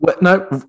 No